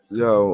yo